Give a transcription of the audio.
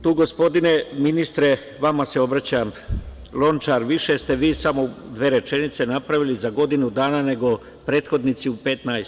Tu, gospodine ministre Lončar, vama se obraćam, više ste vi samo u dve rečenice napravili za godinu dana, nego prethodnici u 15.